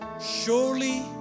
Surely